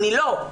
ואני לא.